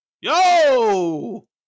Yo